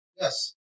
Yes